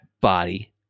body